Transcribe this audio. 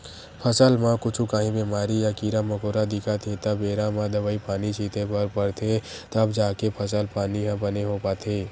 फसल म कुछु काही बेमारी या कीरा मकोरा दिखत हे त बेरा म दवई पानी छिते बर परथे तब जाके फसल पानी ह बने हो पाथे